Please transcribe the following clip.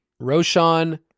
Roshan